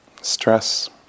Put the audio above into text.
stress